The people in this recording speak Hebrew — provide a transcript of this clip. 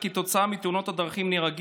כתוצאה מתאונות הדרכים,